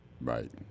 Right